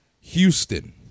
Houston